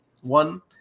one